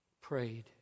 prayed